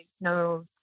no